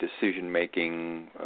decision-making